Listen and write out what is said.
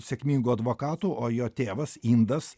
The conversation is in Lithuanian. sėkmingu advokatu o jo tėvas indas